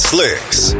Slicks